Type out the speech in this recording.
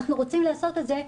אנחנו רוצים לעשות את זה,